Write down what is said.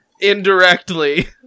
indirectly